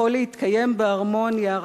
יכול להתקיים בהרמוניה,